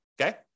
okay